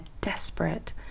desperate